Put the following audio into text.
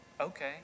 okay